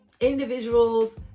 individuals